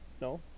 no